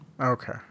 Okay